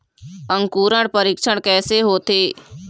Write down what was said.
अंकुरण परीक्षण कैसे होथे?